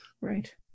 Right